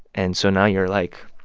and so now you're, like,